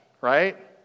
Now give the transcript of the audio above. right